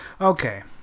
Okay